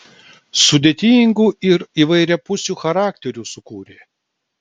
sudėtingų ir įvairiapusių charakterių sukūrė